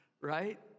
right